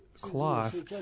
cloth